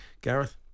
Gareth